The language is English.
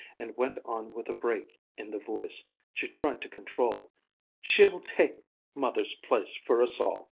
and went on with a break in the voice she tried to control she will take mother's place for us all!